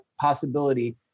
possibility